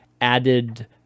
added